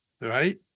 right